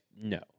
No